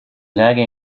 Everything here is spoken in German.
lage